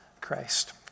Christ